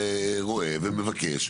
שכשבא רועה ומבקש,